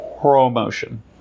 promotion